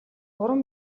гурван